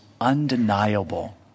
undeniable